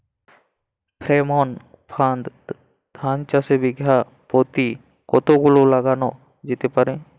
Pheromone ফাঁদ ধান চাষে বিঘা পতি কতগুলো লাগানো যেতে পারে?